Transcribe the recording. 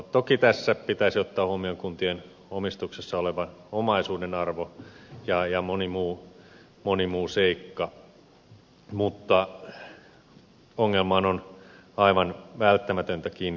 toki tässä pitäisi ottaa huomioon kuntien omistuksessa olevan omaisuuden arvo ja moni muu seikka mutta ongelmaan on aivan välttämätöntä kiinnittää huomiota